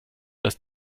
das